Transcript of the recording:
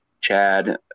Chad